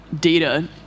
data